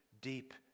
deep